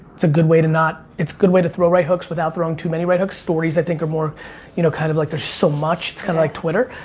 it's a good way to not, it's a good way to throw right hooks without throwing too many right hooks. stories i think are more you know kind of like they're so much. it's kind of like twitter.